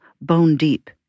bone-deep